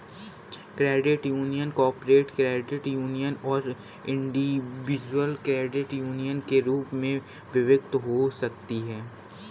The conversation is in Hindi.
credit union corporate credit union और इंडिविजुअल क्रेडिट यूनियन के रूप में विभक्त हो सकती हैं